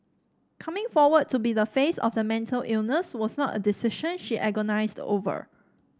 coming forward to be the face of the mental illness was not a decision she agonised over